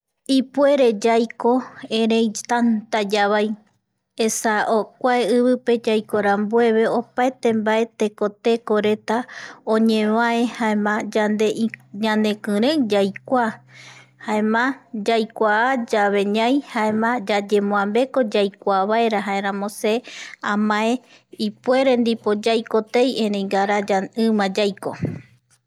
Ipuere yaiko erei tanta yavai esa kua ivipe yaikorambueve opaete mbae tekotekoreta oñevae jaema yande ñanekirei yaikua jaema yaikuayave ñai jaema yayemboambeko yaikua vaera jaeramo se amae ipuere ndipo yaiko tei erei ngara ndipo ima yaiko